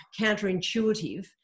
counterintuitive